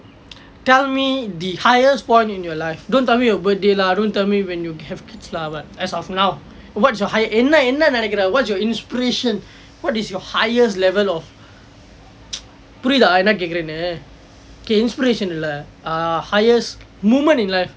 tell me the highest point in your life don't tell me your birthday lah don't tell me when you have kids lah but as of now what's your high என்ன என்ன நினைக்கிற:enna enna ninaikkira what's your inspiration what is your highest level of புரியுதா நான் என்ன கேட்கிறேன்ட்டு:puriyuthaa naan enna kaekiraenttu inspiration இல்லை:illai highest moment in life